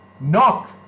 knock